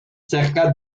cerca